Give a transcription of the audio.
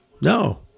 No